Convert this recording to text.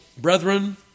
brethren